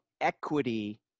equity